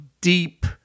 deep